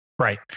Right